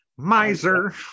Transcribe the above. Miser